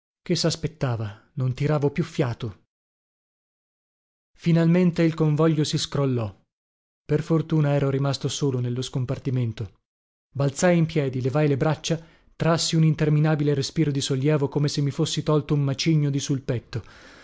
che saspettava non tiravo più fiato finalmente il convoglio si scrollò per fortuna ero rimasto solo nello scompartimento balzai in piedi levai le braccia trassi un interminabile respiro di sollievo come se mi fossi tolto un macigno di sul petto